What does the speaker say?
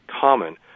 common